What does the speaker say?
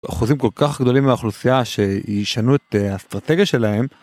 אחוזים כל כך גדולים מהאוכלוסייה שישנו את האסטרטגיה שלהם.